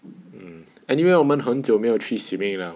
mm anyway 我们很久没有去 swimming liao